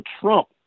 Trump